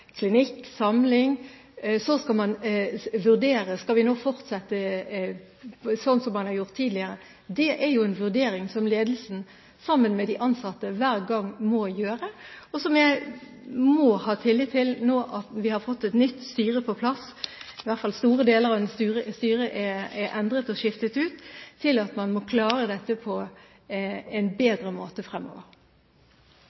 klinikk, ha samling, og så skal man vurdere: Skal vi nå fortsette sånn som man har gjort tidligere? Det er en vurdering som ledelsen, sammen med de ansatte, hver gang må gjøre. Jeg må ha tillit til, nå som vi har fått et nytt styre på plass – i hvert fall er store deler av styret endret og skiftet ut – at man klarer dette på en